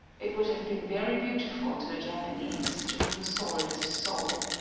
it would have been very beautiful to a japanese, to whom the sword is a soul.